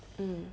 mm